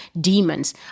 demons